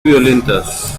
violentas